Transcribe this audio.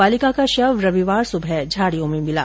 बालिका का शव रविवार सुबह झाड़ियों में मिला